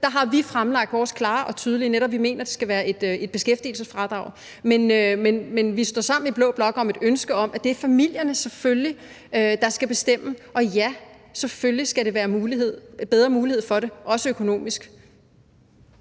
Der har vi netop fremlagt vores klare og tydelige forslag, og vi mener, det skal være et beskæftigelsesfradrag. Men vi står sammen i blå blok om et ønske om, at det selvfølgelig er familierne, der skal bestemme. Og ja, selvfølgelig skal der være bedre mulighed for det, også økonomisk.